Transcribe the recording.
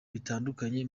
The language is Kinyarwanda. bitandukanye